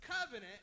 covenant